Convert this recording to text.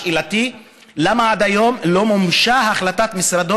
על שאלתי למה עד היום לא מומשה החלטת משרדו